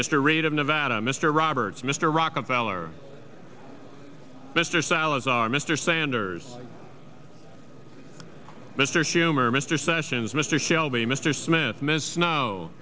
mr raid of nevada mr roberts mr rockefeller mr salazar mr sanders mr schumer mr sessions mr shelby mr smith miss know